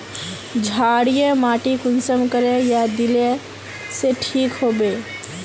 क्षारीय माटी कुंसम करे या दिले से ठीक हैबे?